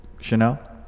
Chanel